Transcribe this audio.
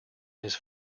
his